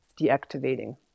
deactivating